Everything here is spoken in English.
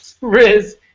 Riz